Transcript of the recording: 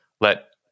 let